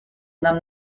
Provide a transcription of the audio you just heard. нам